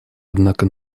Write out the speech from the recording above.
однако